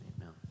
Amen